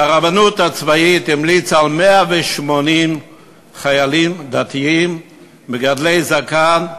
הרבנות הצבאית המליצה על 180 חיילים דתיים מגדלי זקן,